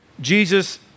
Jesus